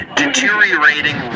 deteriorating